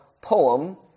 poem